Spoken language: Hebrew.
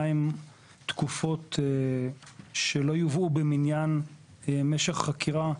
מהן תקופות שלא יובאו במניין משך החקירה,